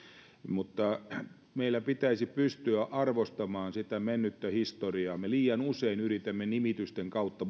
meillä pitäisi pystyä arvostamaan sitä mennyttä historiaa me liian usein yritämme nimitysten kautta